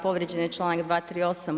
Povrijeđen je članak 238.